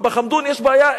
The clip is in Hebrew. בבחמדון יש בעיה,